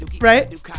Right